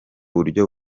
buryo